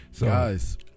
Guys